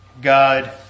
God